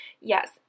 yes